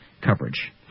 coverage